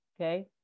Okay